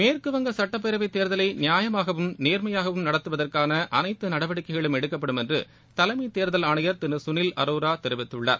மேற்குவங்க சுட்டப்பேரவைத் தேர்தலை நியாயமாகவும் நேர்மையாகவும் நடத்துவதற்கான அனைத்து நடவடிக்கைகளும் எடுக்கப்படும் என்று தலைமத் தேர்தல் ஆணையர் திரு சுனில் அரோரா தெரிவித்துள்ளார்